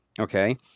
Okay